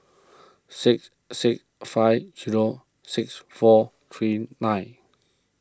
six six five zero six four three nine